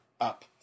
up